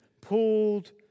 pulled